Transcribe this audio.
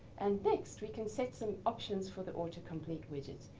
and next we can set some options for the autocomplete widget.